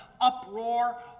uproar